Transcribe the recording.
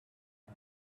now